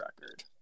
record